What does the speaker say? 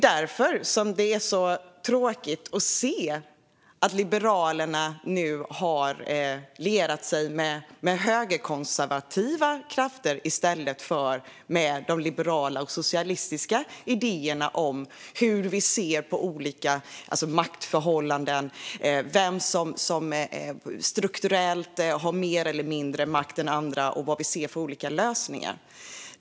Därför är det så tråkigt att se att Liberalerna nu har lierat sig med högerkonservativa krafter i stället för med de liberala och socialistiska idéerna om hur vi ser på olika maktförhållanden, vem som strukturellt har mer eller mindre makt än andra och vad vi ser för olika lösningar.